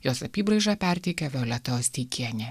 jos apybraižą perteikia violeta osteikienė